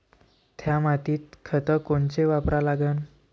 थ्या मातीत खतं कोनचे वापरा लागन?